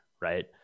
right